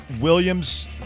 Williams